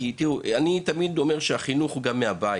אני תמיד אומר שהחינוך הוא גם מהבית,